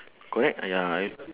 correct ah ya if